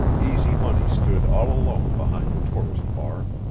easy money stood all alone behind the tourist-bar.